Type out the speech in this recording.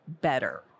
better